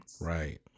Right